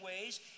ways